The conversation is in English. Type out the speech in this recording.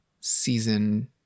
season